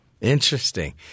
Interesting